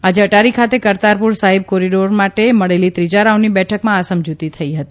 આજે અટારી ખાતે કરતારપુર સાહિબ કોરીડોરના માટે મળેલી ત્રીજા રાઉન્ડની બેઠકમાં આ સમજૂતી થઇ હતી